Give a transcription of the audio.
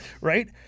right